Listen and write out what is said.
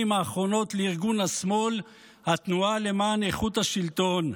האחרונות לארגון השמאל התנועה למען איכות השלטון,